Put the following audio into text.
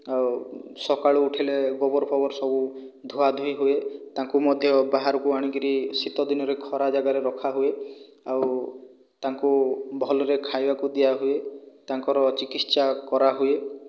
ଆଉ ସକାଳୁ ଉଠିଲେ ଗୋବର ଫୋବର ସବୁ ଧୁଆଧୁଇ ହୁଏ ତାଙ୍କୁ ମଧ୍ୟ ବାହାରକୁ ଆଣିକିରି ଶୀତ ଦିନରେ ଖରା ଜାଗାରେ ରଖାହୁଏ ଆଉ ତାଙ୍କୁ ଭଲରେ ଖାଇବାକୁ ଦିଆ ହୁଏ ତାଙ୍କର ଚିକିତ୍ସା କରା ହୁଏ